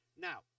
Now